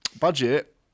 Budget